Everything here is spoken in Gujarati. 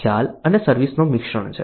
ખ્યાલ અને સર્વિસ મિશ્રણ છે